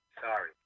Sorry